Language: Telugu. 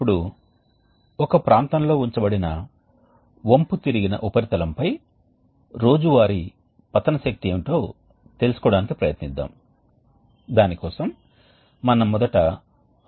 ఇప్పుడు ఈ ప్రత్యేక ఉపన్యాసంలో మేము నిర్దిష్ట హీట్ ఎక్స్ఛేంజర్స్ గురించి వివరించాలనుకుంటున్నాము అవి ఎప్పటికప్పుడు వేస్ట్ హీట్ రికవరీకి ప్రత్యేకంగా సరిపోతాయి వేస్ట్ హీట్ రికవరీకి ప్రత్యేకంగా ఏ హీట్ ఎక్స్ఛేంజర్స్ సరిపోతాయో మేము ప్రస్తావిస్తాము అయితే మనం మరికొంత సమయం గడపాలని అనుకుంటున్నాము